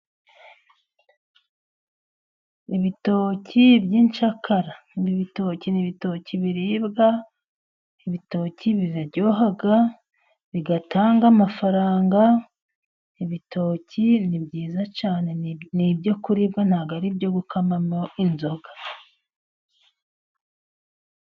Ibitoki by'inshakara, ibitoki ni ibitoki biribwa. Ibitoki biraryoha bigatanga amafaranga, ibitoki ni byiza cyane ni ibyo kuribwa ntabwo ari ibyo gukamamo inzoga.